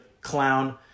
clown